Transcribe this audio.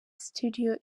studio